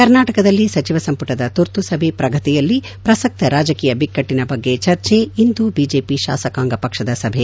ಕರ್ನಾಟಕದಲ್ಲಿ ಸಚಿವ ಸಂಪುಟದ ತುರ್ತುಸಭೆ ಪ್ರಗತಿಯಲ್ಲಿ ಪ್ರಸಕ್ತ ರಾಜಕೀಯ ಬಿಕ್ಕಟ್ಟಿನ ಬಗ್ಗೆ ಚರ್ಚೆ ಇಂದು ಬಿಜೆಪಿ ಶಾಸಕಾಂಗ ಪಕ್ಷದ ಸಭೆ